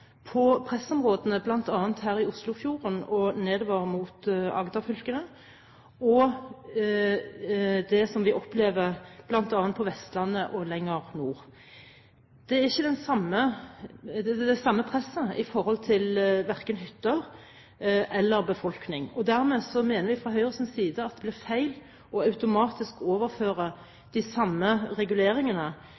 på pressområdene bl.a. her i Oslofjorden og nedover mot Agder-fylkene og det som vi opplever bl.a. på Vestlandet og lenger nord. Det er ikke det samme presset når det gjelder verken hytter eller befolkning. Dermed mener vi fra Høyres side at det blir feil automatisk å overføre